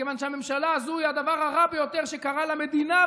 מכיוון שהממשלה הזו היא הדבר הרע ביותר שקרה למדינה,